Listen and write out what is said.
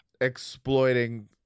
exploiting